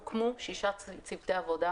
הוקמו שישה צוותי עבודה,